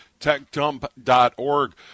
TechDump.org